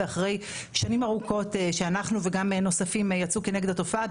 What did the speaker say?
ואחרי שנים ארוכות שאנחנו וגם נוספים יצאו כנגד התופעה,